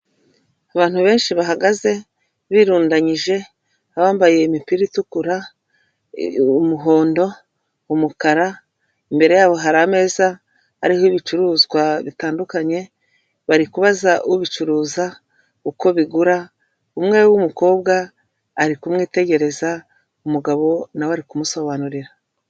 Abantu benshi bahagaze birundanyije, abambaye imipira itukura, umuhondo, umukara, imbere yabo hari ameza ariho ibicuruzwa bitandukanye, bari kubaza ubicuruza uko bigura. Umwe w'umukobwa ari kumwitegereza, umugabo nawe ari kumusobanurira.